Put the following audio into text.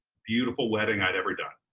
beautiful wedding i'd ever done.